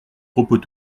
propos